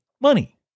Money